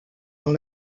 dans